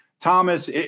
Thomas